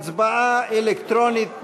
הצבעה אלקטרונית.